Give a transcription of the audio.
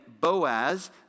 Boaz